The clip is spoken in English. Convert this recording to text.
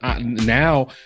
now